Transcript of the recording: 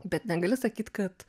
bet negali sakyt kad